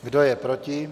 Kdo je proti?